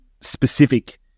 specific